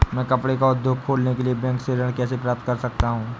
मैं कपड़े का उद्योग खोलने के लिए बैंक से ऋण कैसे प्राप्त कर सकता हूँ?